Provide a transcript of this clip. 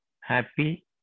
happy